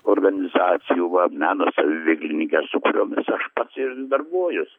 organizacijų va meno saviveiklininkės su kuriomis aš pats ir darbuojuos